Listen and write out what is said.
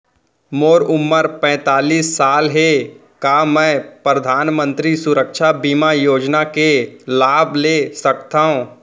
मोर उमर पैंतालीस साल हे का मैं परधानमंतरी सुरक्षा बीमा योजना के लाभ ले सकथव?